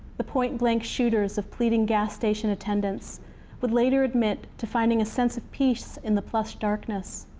the point blank shooters of pleading gas station attendants would later admit to finding a sense of peace in the plush darkness,